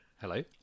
Hello